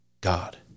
God